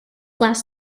last